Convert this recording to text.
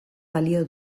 balio